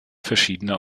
verschiedener